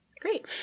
Great